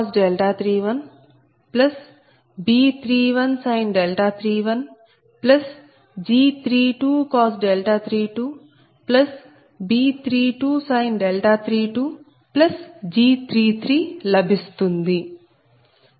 తరువాత i 3 ఉంచండి మీకు P3G3131 B3131 G3232 B3232 G33 లభిస్తుంది